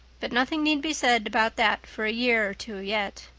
but nothing need be said about that for a year or two yet.